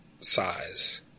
size